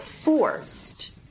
forced